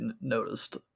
noticed